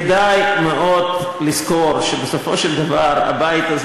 כדאי מאוד לזכור שבסופו של דבר בבית הזה